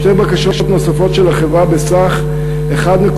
שתי בקשות נוספות של החברה בסך 1.3